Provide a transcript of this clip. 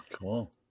Cool